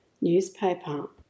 newspaper